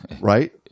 Right